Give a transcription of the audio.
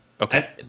Okay